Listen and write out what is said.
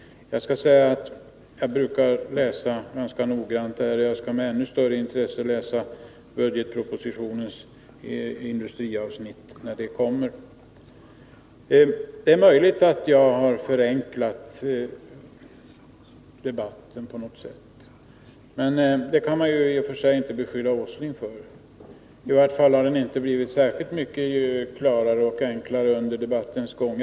Jag brukar läsa den ganska noggrant, men jag skall med ännu större intresse än vanligt läsa budgetpropositionens industriavsnitt när det kommer. Det är möjligt att jag har förenklat debatten på något sätt. Det kan man däremot inte beskylla Nils Åsling för att ha gjort. I varje fall har debatten inte blivit klarare och enklare under debattens gång.